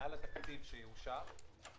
מעל התקציב שיאושר.